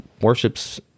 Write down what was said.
worships